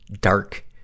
dark